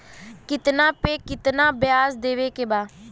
कितना पे कितना व्याज देवे के बा?